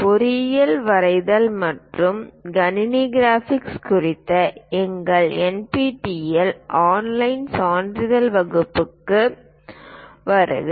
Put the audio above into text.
பொறியியல் வரைதல் மற்றும் கணினி கிராபிக்ஸ் குறித்த எங்கள் NPTEL ஆன்லைன் சான்றிதழ் படிப்புகளுக்கு வருக